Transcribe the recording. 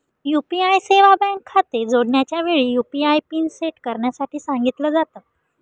UPI सेवा bank खाते जोडण्याच्या वेळी, यु.पी.आय पिन सेट करण्यासाठी सांगितल जात